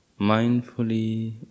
Mindfully